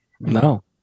No